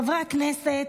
חברי הכנסת,